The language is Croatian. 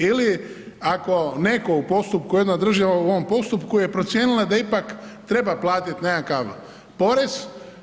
Ili ako netko u postupku, jedna država u ovom postupku je procijenila da ipak treba platiti nekakav porez.